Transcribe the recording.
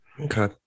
Okay